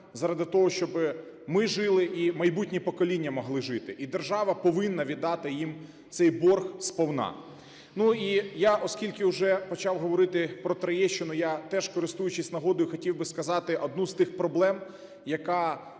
заради того, щоб ми жили і майбутні покоління могли жити. І держава повинна віддати їм цей борг сповна. Ну і я, оскільки уже почав говорити про Троєщину, я теж, користуючись нагодою, хотів би сказати одну з тих проблем, яка турбує